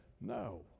No